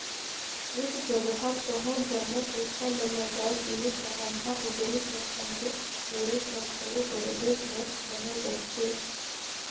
एक जगहा कहों जम्मो पइसा ल लगाए देहे ता ओम्हां उबरे कर संघे बुड़े कर घलो बरोबेर डर बनल रहथे